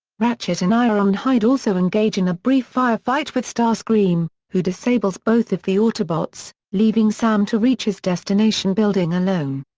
ratchet and ironhide also engage in a brief firefight with starscream, who disables both of the autobots, leaving sam to reach his destination building alone.